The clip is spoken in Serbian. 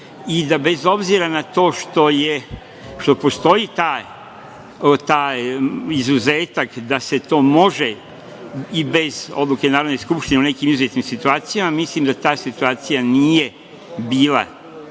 i da bez obzira na to što postoji taj izuzetak da se to može i bez odluke Narodne skupštine u nekim izuzetnim situacijama, mislim da ta situacija nije bila,